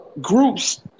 groups